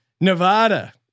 Nevada